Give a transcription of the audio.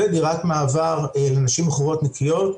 ודירת מעבר לנשים מכורות נקיות,